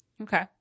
Okay